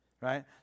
right